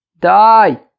die